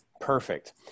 Perfect